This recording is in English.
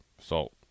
Salt